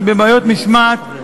כי בבעיות משמעת,